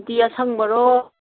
ꯎꯇꯤ ꯑꯁꯪꯕꯔꯣ